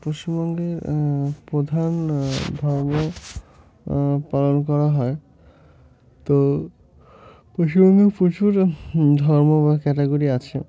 পশ্চিমবঙ্গের প্রধান ধর্ম পালন করা হয় তো পশ্চিমবঙ্গে প্রচুর ধর্ম বা ক্যাটাগরি আছে